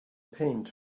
paint